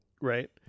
right